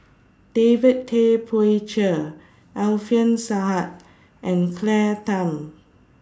David Tay Poey Cher Alfian Sa'at and Claire Tham